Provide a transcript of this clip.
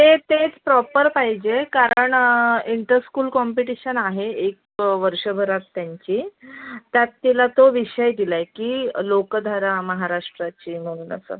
ते तेच प्रॉपर पाहिजे कारण इंटरस्कूल कॉम्पिटिशन आहे एक वर्षभरात त्यांची त्यात तिला तो विषय दिला आहे की लोकधारा महाराष्ट्राची म्हटलं तर